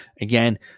Again